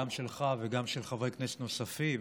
גם שלך וגם של חברי כנסת נוספים